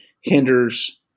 hinders